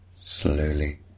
slowly